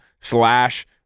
slash